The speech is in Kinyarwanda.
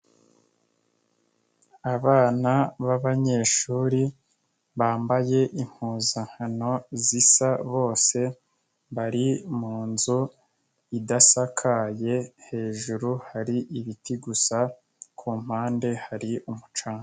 Abana b'abanyeshuri bambaye impuzankano zisa bose, bari munzu idasakaye hejuru hari ibiti gusa, ku mpande hari umucanga.